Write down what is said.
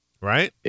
Right